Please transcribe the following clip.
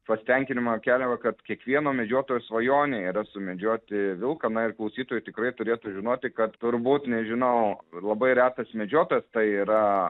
pasitenkinimą kelia va kad kiekvieno medžiotojo svajonė yra sumedžioti vilką na ir klausytojai tikrai turėtų žinoti kad turbūt nežinau labai retas medžiotojas tai yra